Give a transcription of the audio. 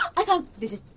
i can't, this is,